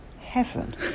heaven